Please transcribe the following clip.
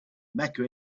mecca